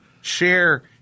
share